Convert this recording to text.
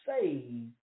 save